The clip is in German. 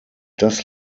das